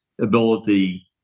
ability